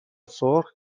سرخ